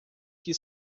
que